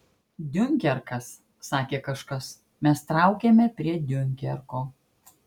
diunkerkas sakė kažkas mes traukiame prie diunkerko